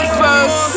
first